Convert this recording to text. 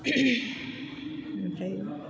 ओमफ्राय